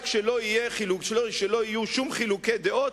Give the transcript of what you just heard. רק שלא יהיו שום חילוקי דעות.